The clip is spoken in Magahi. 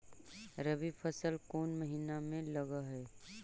रबी फसल कोन महिना में लग है?